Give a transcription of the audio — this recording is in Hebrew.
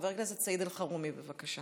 חבר הכנסת סעיד אלחרומי, בבקשה.